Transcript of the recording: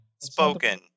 spoken